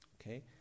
okay